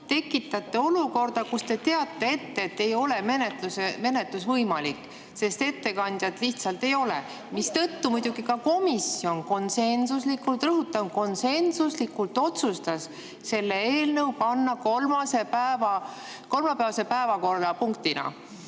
tekitate olukorra, kus te teate ette, et ei ole menetlus võimalik, sest ettekandjat lihtsalt ei ole. Selle tõttu ka komisjon konsensuslikult – rõhutan: konsensuslikult – otsustas selle eelnõu panna kolmapäevaseks päevakorrapunktiks.